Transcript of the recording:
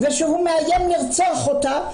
ושהוא מאיים לרצוח אותה,